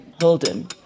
Holden